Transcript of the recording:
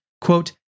quote